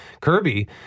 Kirby